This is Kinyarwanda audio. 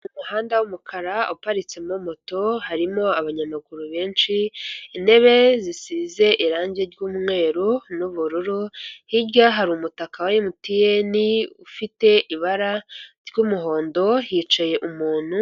Umuhanda w'umukara uparitsemo moto harimo abanyamaguru benshi intebe zisize irangi ry'umweru n'ubururu hirya hari umutaka wa emutiyeni ufite ibara ry'umuhondo hicaye umuntu.